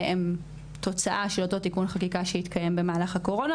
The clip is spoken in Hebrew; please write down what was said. הן תוצאה של אותו תיקון חקיקה שהתקיים במהלך הקורונה,